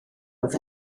oedd